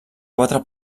quatre